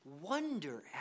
wonder